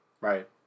Right